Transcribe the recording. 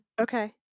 Okay